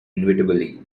inevitably